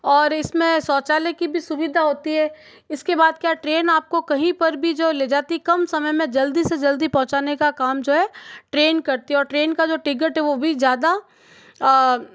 और इसमें शौचालय की भी सुविधा होती है इसके बाद क्या ट्रेन आपको कहीं पर भी जो ले जाती कम समय में जल्दी से जल्दी पहुँचाने का काम जो है ट्रेन करती है और ट्रेन का जो टिकट है वह भी ज़्यादा